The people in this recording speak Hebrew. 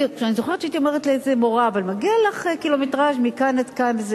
אני זוכרת שהייתי אומרת לאיזו מורה: אבל מגיע לך קילומטרז' מכאן עד כאן.